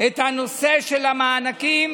את הנושא של המענקים